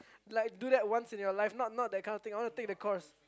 like do that once in your life not not that kind of thing I wanna take the course